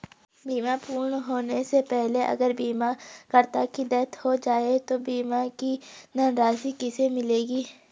बीमा पूर्ण होने से पहले अगर बीमा करता की डेथ हो जाए तो बीमा की धनराशि किसे मिलेगी?